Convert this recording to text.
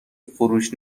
فروش